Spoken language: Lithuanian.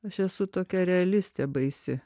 aš esu tokia realistė baisi